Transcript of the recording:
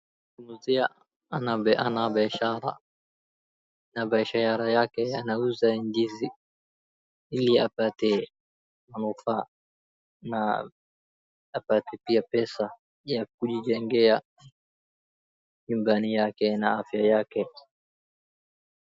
Ako kwa biashara yake ya kuuza ndizi.